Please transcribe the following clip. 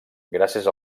gràcies